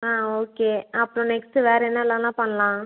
ஆ okay அப்புறம் next வேறு என்னென்னலாம் பண்ணலாம்